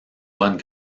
bonnes